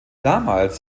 damals